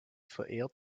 verehrt